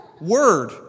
word